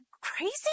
crazy